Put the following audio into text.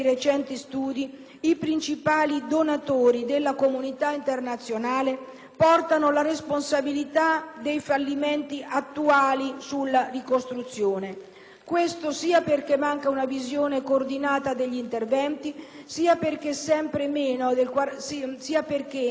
portano la responsabilità dei fallimenti attuali sulla ricostruzione. Questo sia perché manca una visione coordinata degli interventi, sia perché solo il 40 per cento delle risorse rimane in Afghanistan, mentre il 60